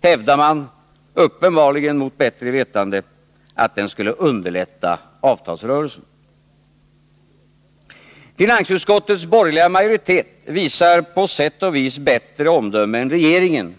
hävdar man — uppenbarligen mot bättre vetande — att den skulle underlätta avtalsrörelsen. Finansutskottets borgerliga majoritet visar på denna punkt på sätt och vis bättre omdöme än regeringen.